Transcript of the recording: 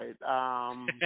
right